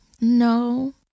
No